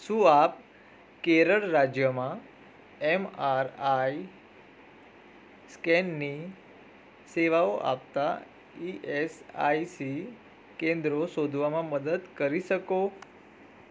શું આપ કેરળ રાજ્યમાં એમ આર આઈ સ્કેનની સેવાઓ આપતાં ઇ એસ આઇ સી કેન્દ્રો શોધવામાં મદદ કરી શકો